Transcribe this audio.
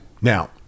Now